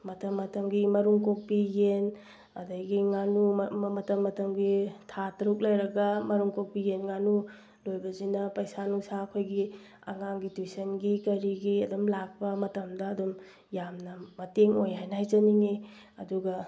ꯃꯇꯝ ꯃꯇꯝꯒꯤ ꯃꯔꯨꯝ ꯀꯣꯛꯄꯤ ꯌꯦꯟ ꯑꯗꯒꯤ ꯉꯥꯅꯨ ꯃꯇꯝ ꯃꯇꯝꯒꯤ ꯊꯥ ꯇꯔꯨꯛ ꯂꯩꯔꯒ ꯃꯔꯨꯝ ꯀꯣꯛꯄꯤ ꯌꯦꯡ ꯉꯥꯅꯨ ꯂꯣꯏꯕꯁꯤꯅ ꯄꯩꯁꯥ ꯅꯨꯡꯁꯥ ꯑꯩꯈꯣꯏꯒꯤ ꯑꯉꯥꯡꯒꯤ ꯇꯨꯏꯁꯟꯒꯤ ꯀꯔꯤꯒꯤ ꯑꯗꯨꯝ ꯂꯥꯛꯄ ꯃꯇꯝꯗ ꯑꯗꯨꯝ ꯌꯥꯝꯅ ꯃꯇꯦꯡ ꯑꯣꯏ ꯍꯥꯏꯅ ꯍꯥꯏꯖꯅꯤꯡꯉꯤ ꯑꯗꯨꯒ